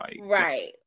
right